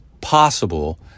possible